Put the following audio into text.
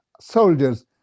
soldiers